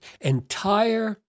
entire